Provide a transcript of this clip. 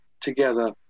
together